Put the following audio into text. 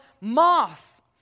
moth